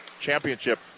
championship